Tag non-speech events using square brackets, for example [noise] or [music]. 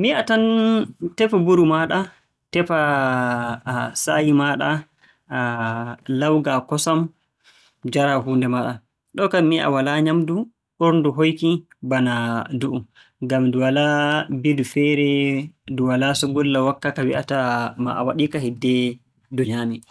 Mi yi'a tan tefu mburu maaɗa, tefaa [hesitation] saayi maaɗa [hesitation] lawgaa kosam njaraa huunde maaɗa. Ɗo'o kam mi yi'a walaa nyaamndu ɓurndu hoyki bana ndu'u. Ngam ndu walaa mbidu feere, ndu walaa sungulla wokka ka wi'ata maa a waɗiika hiddee ndu nyaamee.